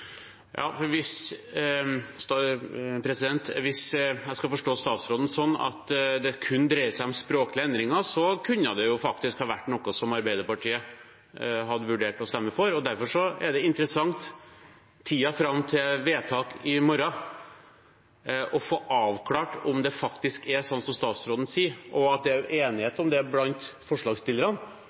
Hvis jeg skal forstå statsråden sånn at det kun dreier seg om språklige endringer, kunne det faktisk ha vært noe Arbeiderpartiet hadde vurdert å stemme for. Derfor er det interessant i tiden fram til vedtak i morgen å få avklart om det faktisk er sånn som statsråden sier, og at det er enighet om det blant forslagsstillerne.